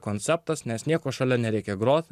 konceptas nes nieko šalia nereikia groti